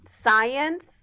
science